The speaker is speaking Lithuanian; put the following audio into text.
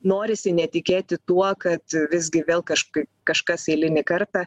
norisi netikėti tuo kad visgi vėl kažkai kažkas eilinį kartą